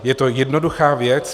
Je to jednoduchá věc.